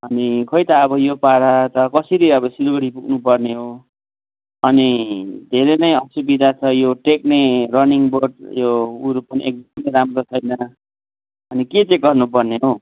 अनि खोइ त अब यो पारा त कसरी अब सिलगडी पुग्नपर्ने हो अनि धेरै नै असुविधा छ यो टेक्ने रनिङ बोर्ड योहरू पनि एकदम राम्रो छैन अनि के चाहिँ गर्नुपर्ने हो